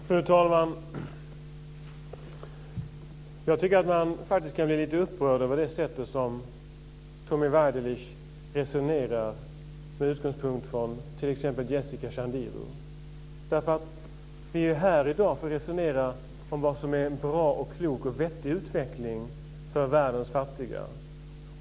Fru talman! Jag blir faktiskt lite upprörd över det sätt som Tommy Waidelich resonerar på med utgångspunkt från t.ex. Jessica Chandirus. Vi är ju här i dag för att diskutera vad som är en god, bra och vettig utveckling för världens fattiga.